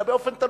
אלא באופן תלוי.